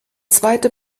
zweite